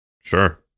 Sure